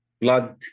blood